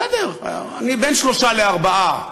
בסדר, אני, בין שלושה לארבעה.